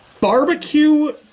Barbecue